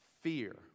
fear